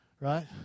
right